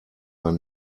man